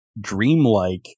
dreamlike